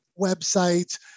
websites